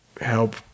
help